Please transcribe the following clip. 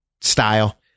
style